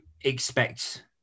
expect